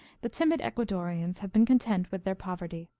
the timid ecuadorians have been content with their poverty.